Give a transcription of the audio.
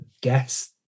guess